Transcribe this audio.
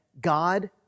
God